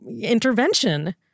intervention